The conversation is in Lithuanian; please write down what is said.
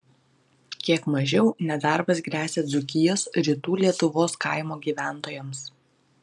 kiek mažiau nedarbas gresia dzūkijos rytų lietuvos kaimo gyventojams